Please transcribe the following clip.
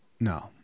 No